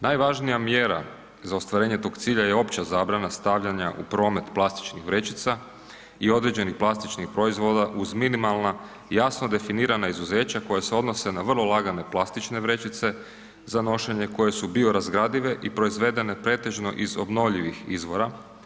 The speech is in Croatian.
Najvažnija mjera za ostvarenje tog cilja je opća zabrana stavljanja u promet plastičnih vrećica i određenih plastičnih proizvoda uz minimalna i jasno definira izuzeća koja se odnose na vrlo lagane plastične vrećice za nošenje koje su biorazgradive i proizvedeno pretežno iz obnovljivih izvora.